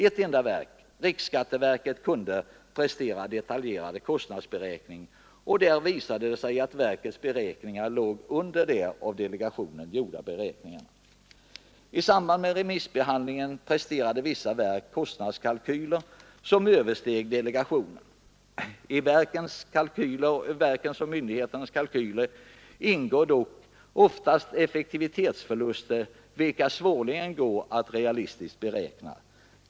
Ett enda verk — riksskatteverket — kunde prestera detaljerade kostnadsberäkningar, och där visade det sig att verkets beräkningar låg under de av delegationen gjorda beräkningarna. I samband med remissbehandlingen presterade vissa verk kostnadskalkyler som översteg delegationens. I verkens och myndigheternas kalkyler ingår dock oftast effektivitetsförluster, vilka svårligen går att realistiskt beräkna.